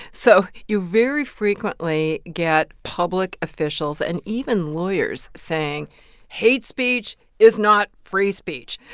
so you very frequently get public officials and even lawyers saying hate speech is not free speech.